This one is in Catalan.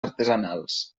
artesanals